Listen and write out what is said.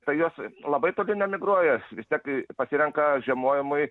tai jos labai toli nemigruoja jos vis tiek pasirenka žiemojimui